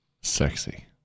Sexy